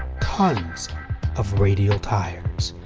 tons of radial tires.